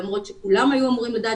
למרות שכולם היו אמורים לדעת,